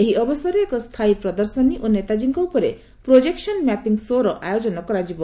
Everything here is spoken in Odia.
ଏହି ଅବସରରେ ଏକ ସ୍ଥାୟୀ ପ୍ରଦର୍ଶନୀ ଓ ନେତାଜୀଙ୍କ ଉପରେ 'ପ୍ରୋଜେକ୍ସନ୍ ମ୍ୟାପିଙ୍ଗ୍ ଶୋ'ର ଆୟୋଜନ କରାଯିବ